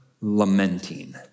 lamenting